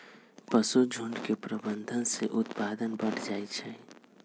पशुझुण्ड के प्रबंधन से उत्पादन बढ़ जाइ छइ